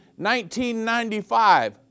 1995